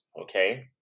okay